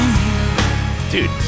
Dude